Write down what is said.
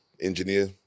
engineer